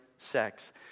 Sex